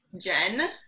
Jen